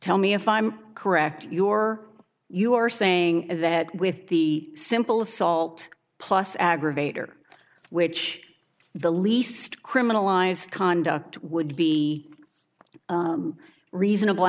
tell me if i'm correct your you are saying that with the simple assault plus aggravator which the least criminalized conduct would be reasonable